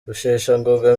rusheshangoga